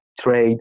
trade